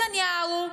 לא נתניהו,